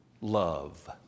love